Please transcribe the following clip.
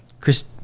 Chris